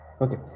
Okay